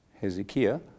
Hezekiah